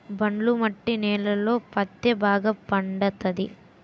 ఒండ్రు మట్టి నేలలలో పత్తే బాగా పండుతది